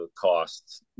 costs